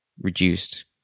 reduced